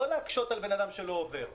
לא להקשות על אדם שלא עובר.